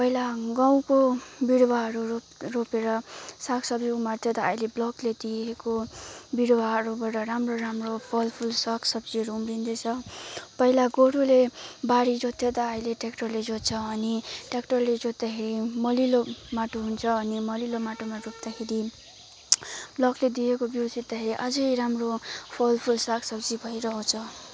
पहिला गाउँको बिरुवाहरू रोपेर साग सब्जी उमार्थ्यो त अहिले ब्लकले दिएको बिरुवाहरू बाट राम्रो राम्रो फलफुल साग सब्जीहरू उम्रिँदैछ पहिला गोरुले बारी जोत्थ्यो त अहिले ट्र्याकटरले जोत्छ अनि ट्र्याकटरले जोत्दाखेरि मलिलो माटो हुन्छ अनि मलिलो माटोमा रोप्दाखेरि ब्लकले दिएको बिउ अझै राम्रो फलफुल साग सब्जी भएर आउँछ